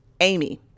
Amy